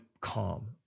calm